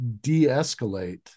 de-escalate